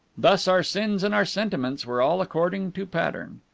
thus our sins and our sentiments were all according to pattern.